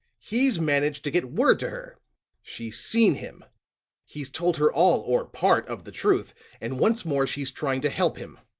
he's managed to get word to her she's seen him he's told her all or part of the truth and once more she's trying to help him.